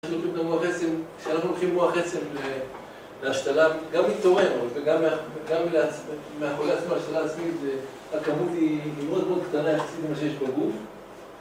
כשאנחנו לוקחים את המוח עצם, כשאנחנו לוקחים מוח עצם להשתלה, גם מתורם, אבל גם מהחולה עצמה, השתלה עצמית, הכמות היא מאוד מאוד קטנה יחסית למה שיש בגוף.